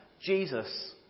Jesus